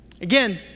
Again